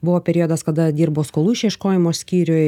buvo periodas kada dirbau skolų išieškojimo skyriuj